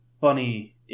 funny